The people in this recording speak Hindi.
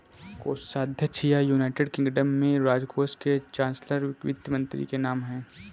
कोषाध्यक्ष या, यूनाइटेड किंगडम में, राजकोष के चांसलर वित्त मंत्री के नाम है